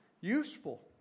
useful